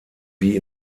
wie